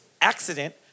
accident